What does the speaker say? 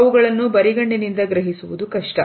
ಅವುಗಳನ್ನು ಬರಿಗಣ್ಣಿನಿಂದ ಗ್ರಹಿಸುವುದು ಕಷ್ಟ